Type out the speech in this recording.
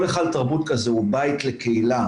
כל היכל תרבות כזו הוא בית לקהילה,